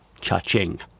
cha-ching